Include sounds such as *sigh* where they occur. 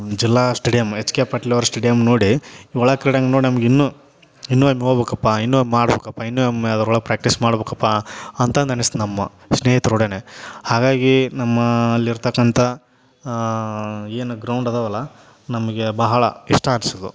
ಜಿಲ್ಲಾ stadium H K Patil ಅವ್ರ stadium ನೋಡಿ ಒಳಕ್ರೀಡಾಂಗ್ಣ ನೋಡಿ ನಮ್ಗೆ ಇನ್ನು ಇನ್ನು *unintelligible* ಇನ್ನೂ ಮಾಡ್ಬೇಕಪ್ಪ ಇನ್ನೂ ಮ್ ಅದ್ರೊಳಗೆ ಪ್ರ್ಯಾಕ್ಟೀಸ್ ಮಾಡ್ಬೇಕಪ್ಪ ಅಂತಂದು ಅನಿಸ್ತು ನಮ್ಮ ಸ್ನೇಹಿತರೊಡನೆ ಹಾಗಾಗಿ ನಮ್ಮಲ್ಲಿರತಕ್ಕಂಥ ಏನು ಗ್ರೌಂಡ್ ಇದಾವಲ್ಲ ನಮಗೆ ಬಹಳ ಇಷ್ಟ ಅನ್ಸಿದ್ವು